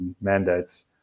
mandates